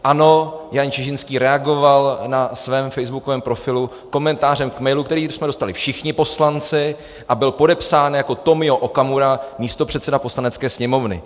Ano, Jan Čižinský reagoval na svém facebookovém profilu komentářem k mailu, který jsme dostali všichni poslanci a byl podepsán jako Tomio Okamura, místopředseda Poslanecké sněmovny.